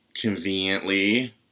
conveniently